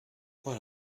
what